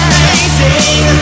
Amazing